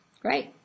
Great